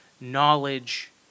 knowledge